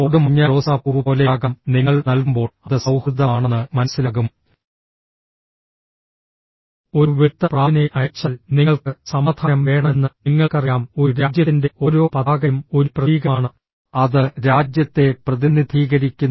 code മഞ്ഞ റോസാപ്പൂവ് പോലെയാകാം നിങ്ങൾ നൽകുമ്പോൾ അത് സൌഹൃദമാണെന്ന് മനസ്സിലാകും ഒരു വെളുത്ത പ്രാവിനെ അയച്ചാൽ നിങ്ങൾക്ക് സമാധാനം വേണമെന്ന് നിങ്ങൾക്കറിയാം ഒരു രാജ്യത്തിന്റെ ഓരോ പതാകയും ഒരു പ്രതീകമാണ് അത് രാജ്യത്തെ പ്രതിനിധീകരിക്കുന്നു